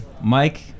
Mike